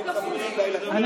הוא רואה כרוב כבוש.